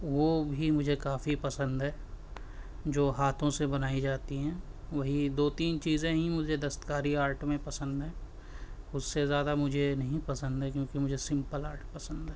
وہ بھی مجھے کافی پسند ہے جو ہاتھوں سے بنائی جاتی ہیں وہی دو تین چیزیں ہی مجھے دستکاری آرٹ میں پسند ہیں اس سے زیادہ مجھے نہیں پسند ہے کیونکہ مجھے سمپل آرٹ پسند ہے